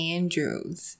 Andrews